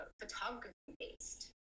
photography-based